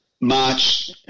march